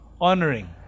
honoring